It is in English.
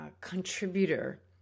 contributor